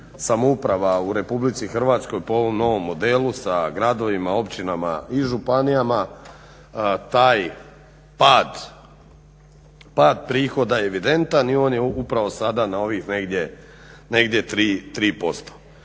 samouprava u RH po ovom novom modelu sa gradovima, općinama i županijama taj pad prihoda je evidentan i on je upravo sada na ovih negdje 3%.